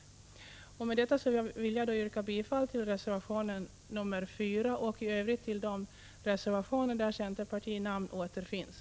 Jag vill med detta yrka bifall till reservation nr 4 och i övrigt till de reservationer där centerpartinamn återfinns.